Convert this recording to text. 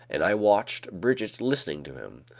and i watched brigitte listening to him.